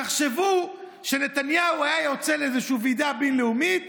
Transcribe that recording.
תחשבו שנתניהו היה יוצא לאיזושהי ועידה בין-לאומית